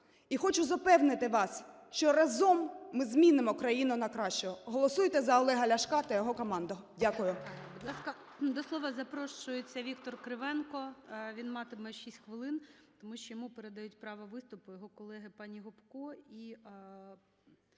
І хочу запевнити вас, що разом ми змінимо країну на краще. Голосуйте за Олега Ляшка та його команду! Дякую. ГОЛОВУЮЧИЙ. Будь ласка, до слова запрошується Віктор Кривенко. Він матиме 6 хвилин, тому що йому передають право виступу його колеги пані Гопко